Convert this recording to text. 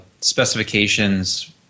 specifications